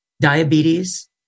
diabetes